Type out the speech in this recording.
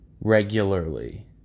Regularly